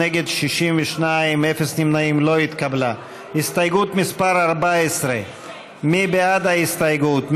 13, מי בעד ההסתייגות?